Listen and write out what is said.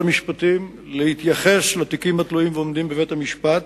המשפטים להתייחס לתיקים התלויים ועומדים בבית-המשפט,